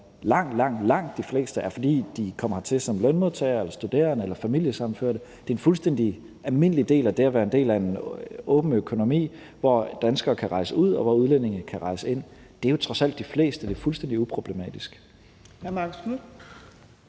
land – langt, langt de fleste – kommer hertil som lønmodtagere, studerende eller familiesammenførte. Det er en fuldstændig almindelig del af det at være en del af en åben økonomi, hvor danskere kan rejse ud, og hvor udlændinge kan rejse ind. Det er jo trods alt de fleste, og det er fuldstændig uproblematisk.